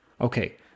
Okay